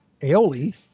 aioli